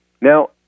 Now